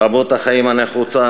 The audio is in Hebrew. תרבות החיים הנחוצה,